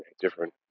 different